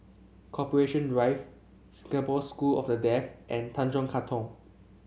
Corporation Drive Singapore School of the Deaf and Tanjong Katong